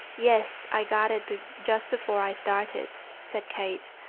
yes, i got it just before i started, said kate.